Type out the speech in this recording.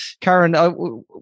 Karen